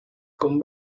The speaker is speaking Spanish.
con